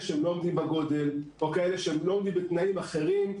שלא עומדים בגודל או כאלה שלא עומדים בתנאים אחרים.